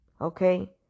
Okay